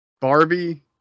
Barbie